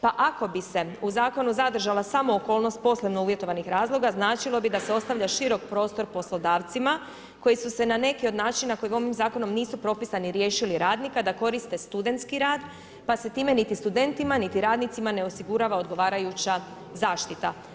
Pa ako bi se u zakonu zadržala samo okolnost posebno uvjetovanih razloga značilo bi se da ostavlja širok prostor poslodavcima koji su se na neki od načina koji ovim zakonom nisu propisani riješili radnika da koriste studentski rad pa se time niti studentima, niti radnicima ne osigurava odgovarajuća zaštita.